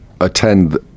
attend